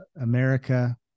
America